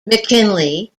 mckinley